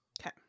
Okay